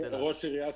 ראש עיריית